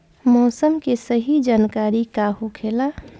मौसम के सही जानकारी का होखेला?